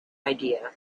idea